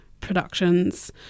Productions